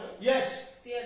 yes